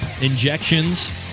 injections